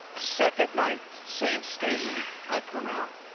second night, same stadium. i come out,